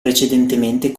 precedentemente